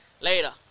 Later